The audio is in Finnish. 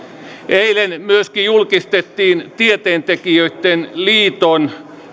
eilen myöskin julkistettiin tieteentekijöiden liiton